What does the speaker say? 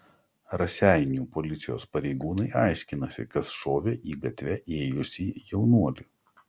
raseinių policijos pareigūnai aiškinasi kas šovė į gatve ėjusį jaunuolį